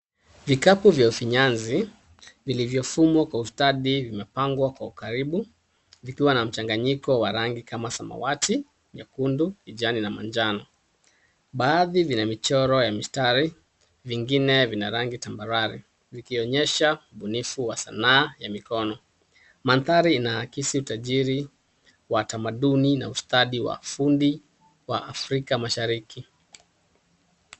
Vikapu vya ufinyanzi vilivyofumwa kwa ustadi vimepangwa kwa ukaribu vikiwa na mchanganyiko wa rangi kama samawati, nyekundu, kijani na manjano. Baadhi vina mistari , vingine vina rangi tambarare vikionyesha ubunifu wa sanaa ya mikono. Mandhari inaakisi utajiri wa tamaduni na ustadi wa ufundi wa Afrika Mashariki .